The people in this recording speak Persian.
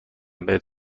بهت